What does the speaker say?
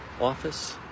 office